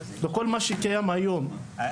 בכל מה שקיים היום,